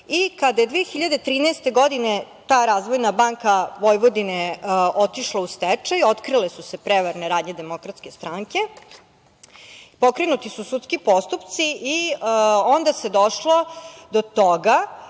Kada je 2013. godine ta Razvojna banka Vojvodine otišla u stečaj otkrile su prevarne radnje DS, pokrenuti su sudski postupci i onda se došlo do toga